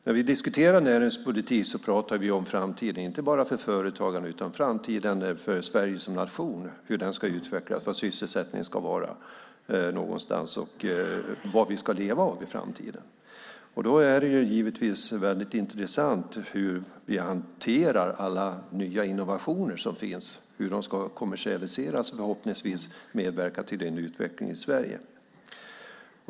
När vi diskuterar näringspolitik talar vi om framtiden inte bara för företagande utan framtiden för Sverige som nation, hur den ska utvecklas, hur och var sysselsättningen ska vara och vad vi ska leva av i framtiden. Det är givetvis väldigt intressant hur vi hanterar alla nya innovationer som finns och hur de förhoppningsvis ska kommersialiseras och medverka till en utveckling i Sverige.